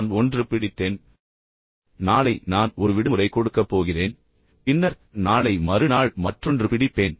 நான் ஒன்று பிடித்தேன் நாளை நான் ஒரு விடுமுறை கொடுக்கப் போகிறேன் பின்னர் நாளை மறு நாள் மற்றொன்று பிடிப்பேன்